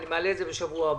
אני מעלה את זה בשבוע הבא.